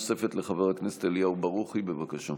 שאלה נוספת, לחבר הכנסת אליהו ברוכי, בבקשה.